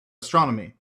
astronomy